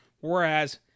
whereas